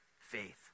faith